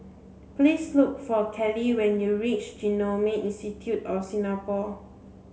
please look for Kellie when you reach Genome Institute of Singapore